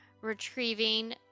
retrieving